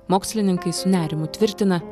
mokslininkai su nerimu tvirtina